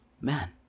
Man